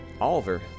Oliver